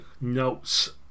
notes